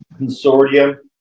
consortium